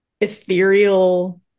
ethereal